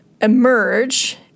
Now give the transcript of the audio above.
emerge